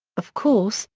of course,